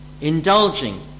indulging